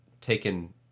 taken